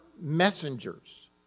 messengers